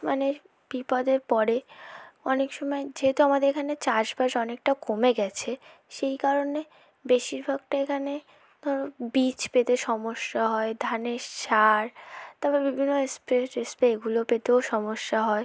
মানে বিপদে পড়ে অনেক সময় যেহেতু আমাদের এখানে চাষবাস অনেকটা কমে গেছে সেই কারণে বেশিরভাগটা এখানে ধরো বীজ পেতে সমস্যা হয় ধানের সার তারপর বিভিন্ন স্প্রে টেস্প্রে এগুলো পেতেও সমস্যা হয়